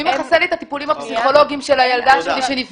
מי מכסה לי את הטיפולים הפסיכולוגיים של הילדה שלי שנפגעה?